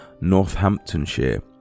Northamptonshire